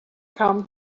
come